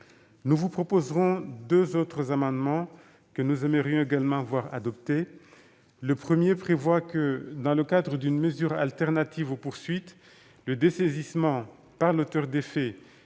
Nous vous proposerons deux autres amendements, que nous aimerions également voir adopter. Le premier tend à prévoir que, dans le cadre d'une mesure alternative aux poursuites, l'auteur des faits